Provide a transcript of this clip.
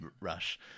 rush